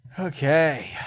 Okay